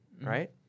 right